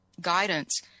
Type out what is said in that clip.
guidance